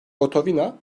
gotovina